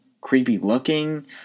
creepy-looking